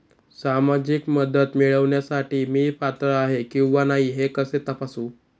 सामाजिक मदत मिळविण्यासाठी मी पात्र आहे किंवा नाही हे कसे तपासू?